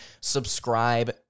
subscribe